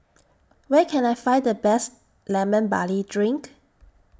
Where Can I Find The Best Lemon Barley Drink